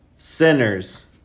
Sinners